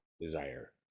desire